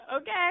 Okay